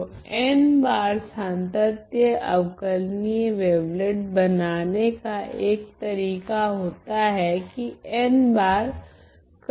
तो n बार सांतत्य अवकलनीय वेवलेट बनाने का एक तरीका होता है कि n बार कोंवोलुशन करना